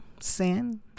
sin